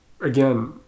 again